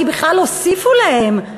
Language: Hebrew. כי בכלל הוסיפו להם,